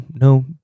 no